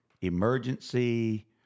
emergency